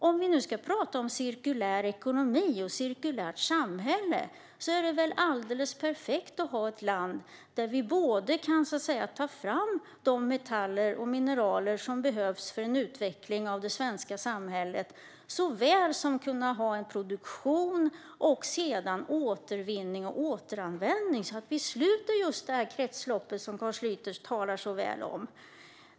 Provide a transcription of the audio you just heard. Om vi nu ska prata om en cirkulär ekonomi och om ett cirkulärt samhälle är det väl alldeles perfekt att ha ett land där vi kan ta fram de metaller och mineraler som behövs för en utveckling av det svenska samhället och där vi kan ha produktion och sedan återvinning och återanvändning, så att vi har just det kretslopp som Carl Schlyter talar så väl om.